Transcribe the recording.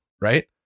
Right